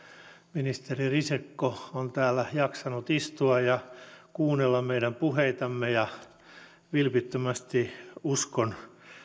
ministeri risikko on täällä jaksanut istua ja kuunnella meidän puheitamme vilpittömästi uskon